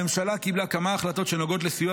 הממשלה קיבלה כמה החלטות שנוגעות לסיוע